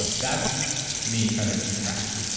and that's to me kind of crack,